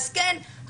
אז כן,